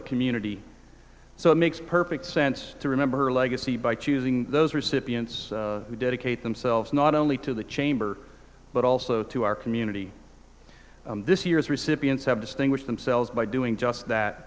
the community so it makes perfect sense to remember her legacy by choosing those recipients who dedicate themselves not only to the chamber but also to our community this year's recipients have distinguished themselves by doing just that